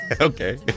Okay